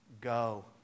Go